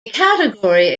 category